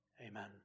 Amen